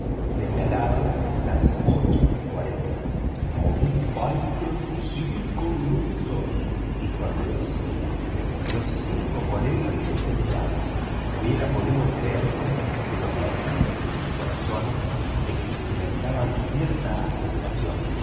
señalaba las ocho y cuarenta aún faltan cinco minutos dijo andrés stuart los cinco colegas se miraban hubiera podido creerse que los latidos de sus corazones experimentaban cierta aceleración